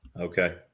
okay